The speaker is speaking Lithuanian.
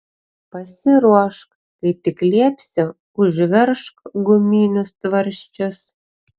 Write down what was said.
pasiruošk kai tik liepsiu užveržk guminius tvarsčius